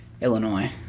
Illinois